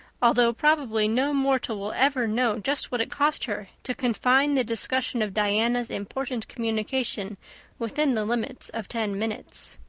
although probably no mortal will ever know just what it cost her to confine the discussion of diana's important communication within the limits of ten minutes.